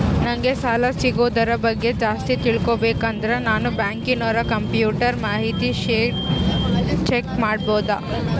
ನಂಗೆ ಸಾಲ ಸಿಗೋದರ ಬಗ್ಗೆ ಜಾಸ್ತಿ ತಿಳಕೋಬೇಕಂದ್ರ ನಾನು ಬ್ಯಾಂಕಿನೋರ ಕಂಪ್ಯೂಟರ್ ಮಾಹಿತಿ ಶೇಟ್ ಚೆಕ್ ಮಾಡಬಹುದಾ?